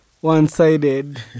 one-sided